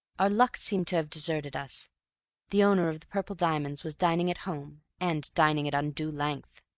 our luck seemed to have deserted us the owner of the purple diamonds was dining at home and dining at undue length.